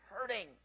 hurting